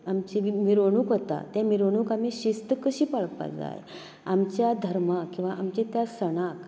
आमची जी मिरवणूक वता तें मिरवणूक आमी शिस्त कशी पाळपाक जाय आमच्या धर्माक किंवां आमच्या त्या सणाक